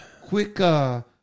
quick